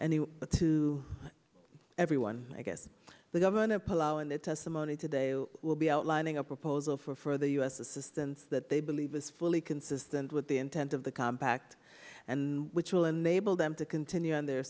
but to everyone i guess the governor palauan the testimony today will be outlining a proposal for further u s assistance that they believe is fully consistent with the intent of the compact and which will enable them to continue on their